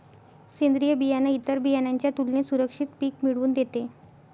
सेंद्रीय बियाणं इतर बियाणांच्या तुलनेने सुरक्षित पिक मिळवून देते